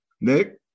Nick